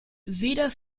weder